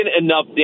enough